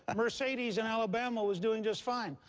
and mercedes in alabama was doing just fine.